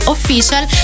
Official